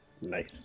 Nice